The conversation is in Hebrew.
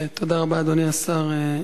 אדוני השר,